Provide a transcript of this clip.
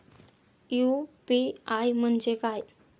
UPI म्हणजे काय?